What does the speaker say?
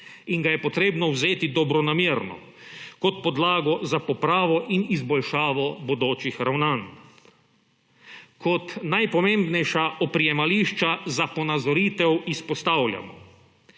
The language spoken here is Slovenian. in ga jetreba vzeti dobronamerno kot podlago za popravo in izboljšavo bodočih ravnanj. Kot najpomembnejša oprijemališča za ponazoritev izpostavljamo